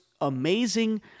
amazing